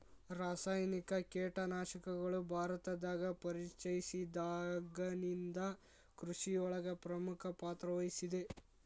ರಾಸಾಯನಿಕ ಕೇಟನಾಶಕಗಳು ಭಾರತದಾಗ ಪರಿಚಯಸಿದಾಗನಿಂದ್ ಕೃಷಿಯೊಳಗ್ ಪ್ರಮುಖ ಪಾತ್ರವಹಿಸಿದೆ